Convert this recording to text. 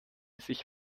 sich